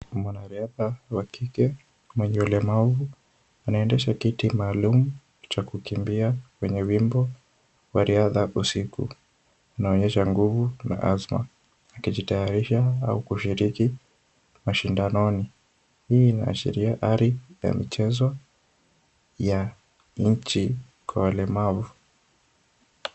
Mwanariadha wa kike mwenye ulemavu anaendesha kiti maalum cha kukimbia kwenye wingo wa riadha usiku. Anaonyesha nguvu na azma akijitayarisha au kushiriki mashindanoni. Hii inaashiria ari ya michezo ya nchi kwa walemavu.